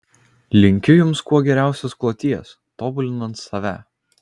linkiu jums kuo geriausios kloties tobulinant save